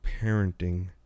parenting